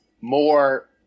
more